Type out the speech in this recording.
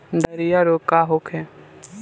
Diarrhoea रोग का होखे?